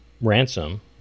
Ransom